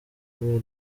kubera